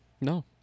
No